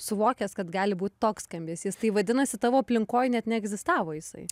suvokęs kad gali būt toks skambesys tai vadinasi tavo aplinkoj net neegzistavo jisai